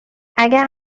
اگر